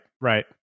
right